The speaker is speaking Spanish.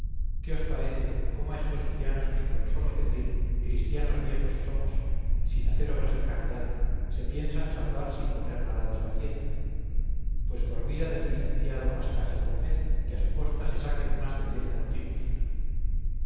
qué os parece como a estos villanos que con solo decir cristianos viejos somos sin hacer obras de caridad se piensan salvar sin poner nada de su hacienda pues por vida del licenciado pascasio gómez que a su costa se saquen más de diez cautivos